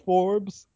Forbes